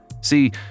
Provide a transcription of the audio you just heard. See